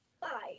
Bye